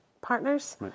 partners